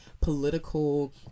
political